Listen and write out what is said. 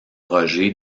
roger